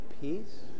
Peace